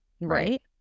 Right